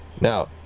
Now